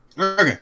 Okay